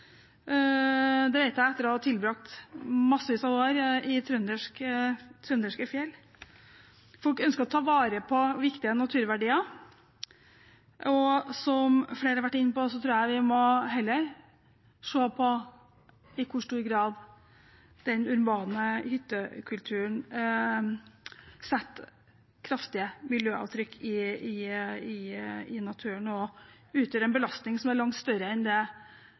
Det vet jeg etter å ha tilbrakt massevis av år i trønderske fjell. Folk ønsker å ta vare på viktige naturverdier. Som flere har vært inne på, tror jeg heller vi må se på i hvor stor grad den urbane hyttekulturen setter kraftige miljøavtrykk i naturen og utgjør en belastning som er langt større enn det kanskje litt økt trafikk av snøscooter i Distrikts-Norge vil medføre. Jeg er